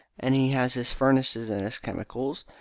and he has his furnaces and his chemicals,